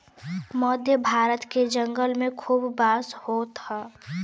मध्य भारत के जंगल में खूब बांस होत हौ